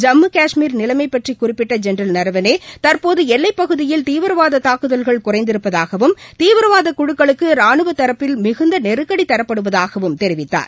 ஜம்மு காஷ்மீர் நிலைமை பற்றி குறிப்பிட்ட ஜெனரல் நரவனே தற்போது எல்லைப் பகுதியில் தீவிரவாத தாக்குதல்கள் குறைந்திருப்பதாகவும் தீவிரவாத குழுக்களுக்கு ரானுவ தரப்பில் மிகுந்த நெருக்கடி தரப்படுவதாகவும் தெரிவித்தார்